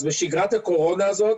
אז בשגרת הקורונה הזאת